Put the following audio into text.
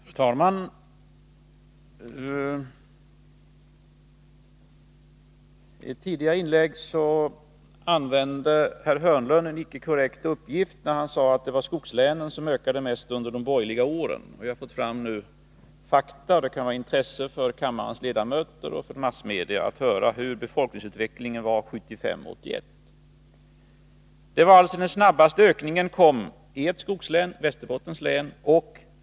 Fru talman! I ett tidigare inlägg lämnade herr Hörnlund en icke korrekt uppgift, när han sade att det var i skogslänen som befolkningsutvecklingen var mest gynnsam under de borgerliga åren. Vi har nu fått fram fakta, och det kan vara av intresse för kammarens ledamöter och för massmedia att få höra hurdan befolkningsutvecklingen var 1975-1981. Den snabbaste ökningen kom i ett skogslän: Västmanlands län.